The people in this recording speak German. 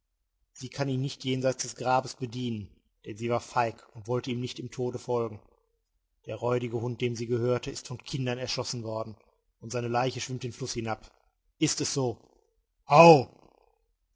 sie kann ihn nicht jenseits des grabes bedienen denn sie war feig und wollte ihm nicht im tode folgen der räudige hund dem sie gehörte ist von kindern erschossen worden und seine leiche schwimmt den fluß hinab ist es so